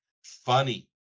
funny